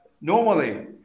normally